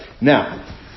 Now